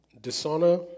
Dishonor